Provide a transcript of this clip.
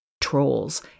trolls